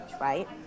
right